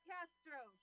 Castro